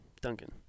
Duncan